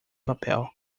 papel